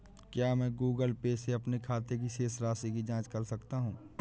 क्या मैं Google Pay से अपने खाते की शेष राशि की जाँच कर सकता हूँ?